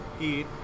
eat